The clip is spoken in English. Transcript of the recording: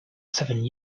seven